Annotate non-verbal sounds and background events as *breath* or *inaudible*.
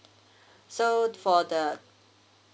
*breath* so for the